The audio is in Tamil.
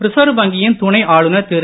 ரிசர்வ் வங்கியின் துணைஆளுநர் திரு